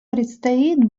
предстоит